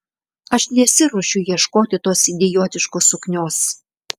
aš nesiruošiu ieškoti tos idiotiškos suknios